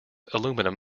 aluminium